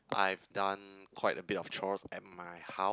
I've done quite a bit of chores at my house